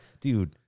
dude